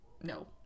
No